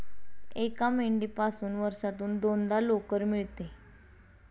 एका मेंढीपासून वर्षातून दोनदा लोकर मिळते